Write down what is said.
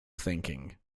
thinking